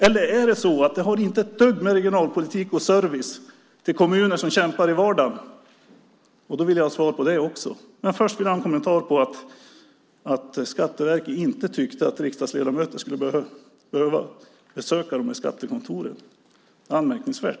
Eller har det inte ett dugg med regionalpolitik och service att göra till kommuner som kämpar i vardagen? Jag vill ha svar på det också, men först vill jag ha en kommentar till att Skatteverket inte tyckte att riksdagsledamöter skulle behöva besöka de här skattekontoren. Det är anmärkningsvärt.